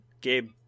Gabe